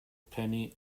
penny